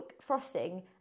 frosting